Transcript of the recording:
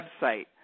website